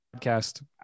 podcast